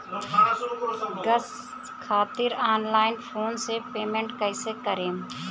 Gas खातिर online phone से payment कैसे करेम?